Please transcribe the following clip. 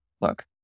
look